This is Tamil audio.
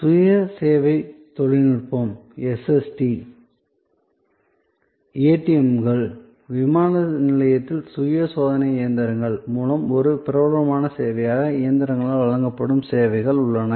சுய சேவை தொழில்நுட்பம் எஸ்எஸ்டி ஏடிஎம்கள் விமான நிலையத்தில் சுய சோதனை இயந்திரங்கள் மூலம் ஒரு பிரபலமான சேவையாக இயந்திரங்களால் வழங்கப்படும் சேவைகள் உள்ளன